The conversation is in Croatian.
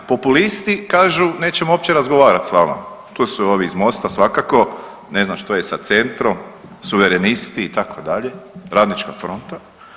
Populisti kažu nećemo uopće razgovarati s vama, tu su ovi iz MOST-a, ne znam što je sa Centrom, suverenisti itd., Radnička fronta.